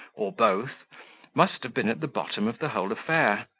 or both must have been at the bottom of the whole affair,